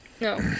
No